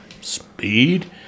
Speed